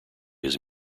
his